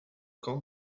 camp